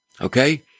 Okay